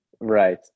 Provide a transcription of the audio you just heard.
Right